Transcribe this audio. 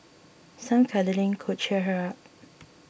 some cuddling could cheer her up